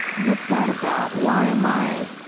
what's that about? why am i,